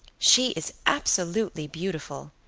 she is absolutely beautiful,